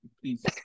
please